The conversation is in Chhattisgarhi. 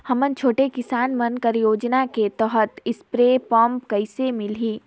हमन छोटे किसान मन ल योजना के तहत स्प्रे पम्प कइसे मिलही?